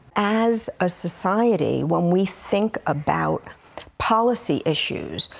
as a society, when we think about policy issues,